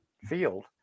Field